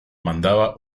mandaba